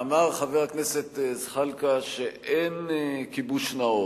אמר חבר הכנסת זחאלקה שאין כיבוש נאור.